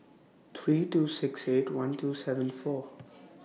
three two six eight one two seven four